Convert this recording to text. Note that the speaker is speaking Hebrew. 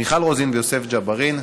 מיכל רוזין ויוסף ג'בארין.